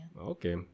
Okay